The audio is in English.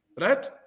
right